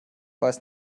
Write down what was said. weiß